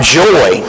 joy